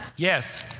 Yes